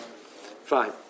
Fine